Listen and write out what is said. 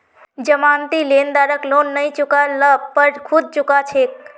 जमानती लेनदारक लोन नई चुका ल पर खुद चुका छेक